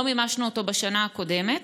לא מימשנו אותו בשנה הקודמת.